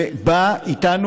שבא איתנו,